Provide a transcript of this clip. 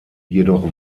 jedoch